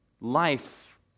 Life